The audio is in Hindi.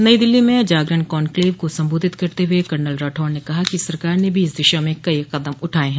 नई दिल्ली में जागरण कॉनक्लेव को संबोधित करते हुए कर्नल राठौड़ ने कहा कि सरकार ने भी इस दिशा में कई कदम उठाये हैं